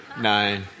Nine